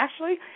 Ashley